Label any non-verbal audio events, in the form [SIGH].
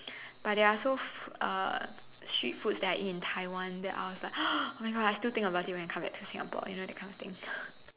but there are also uh street foods that I eat in Taiwan then I was like [NOISE] oh my God I still think about it when I come back to Singapore you know that kind of thing